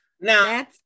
Now